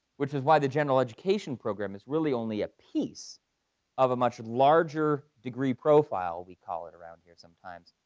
which is why the general education program is really only a piece of a much larger degree profile we call it around here sometimes,